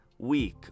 week